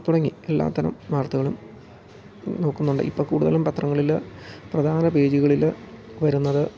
തുടങ്ങി എല്ലാതരം വർത്തകളും നോക്കുന്നുണ്ട് ഇപ്പം കൂടുതലും പത്രങ്ങളിൽ പ്രധാന പേജുകളിൽ വരുന്നത്